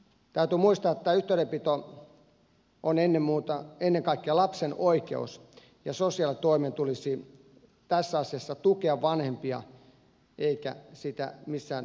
täytyy muistaa että yhteydenpito on ennen kaikkea lapsen oikeus ja sosiaalitoimen tulisi tässä asiassa tukea vanhempia eikä sitä missään määrin rajoittaa